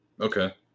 Okay